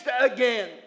again